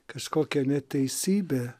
kažkokia neteisybė